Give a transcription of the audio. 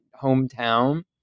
hometown